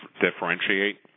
differentiate